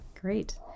Great